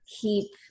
keep